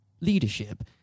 leadership